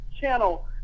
channel